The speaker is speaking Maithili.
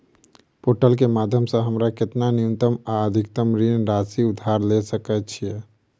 पोर्टल केँ माध्यम सऽ हमरा केतना न्यूनतम आ अधिकतम ऋण राशि उधार ले सकै छीयै?